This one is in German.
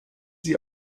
sie